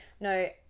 no